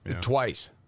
twice